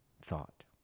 thought